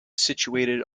situated